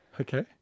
Okay